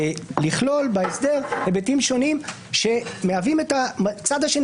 לכלול בהסדר היבטים שונים שמהווים את הצד השני